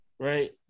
Right